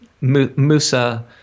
Musa